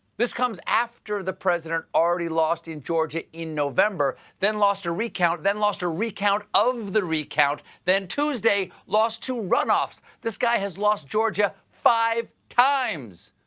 this comes after the president already lost in georgia in november, then lost a recount, then lost a recount of the recount, and then, tuesday, lost two runoffs. this guy has lost georgia five times.